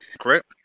correct